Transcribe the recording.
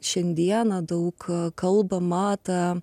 šiandiena daug kalbama ta